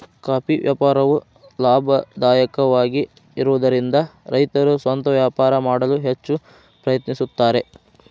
coffee ವ್ಯಾಪಾರವು ಲಾಭದಾಯಕವಾಗಿರುವದರಿಂದ ರೈತರು ಸ್ವಂತ ವ್ಯಾಪಾರ ಮಾಡಲು ಹೆಚ್ಚ ಪ್ರಯತ್ನಿಸುತ್ತಾರೆ